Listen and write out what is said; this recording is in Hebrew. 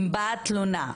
אם באה תלונה,